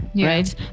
right